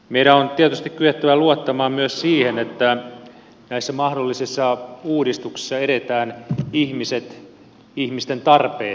meidän on tietysti kyettävä luottamaan myös siihen että näissä mahdollisissa uudistuksissa edetään ihmiset ihmisten tarpeet edellä